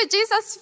Jesus